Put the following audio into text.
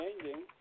changing